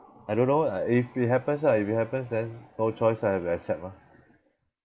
I don't know if it happens lah if it happens then no choice I have to accept mah